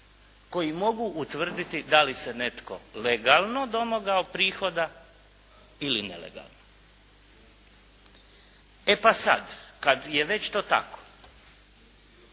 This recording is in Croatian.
koji mogu utvrditi da li se netko legalno domogao prihoda ili nelegalno. E pa sad kad je već to tako,